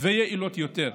ויעילות יותר,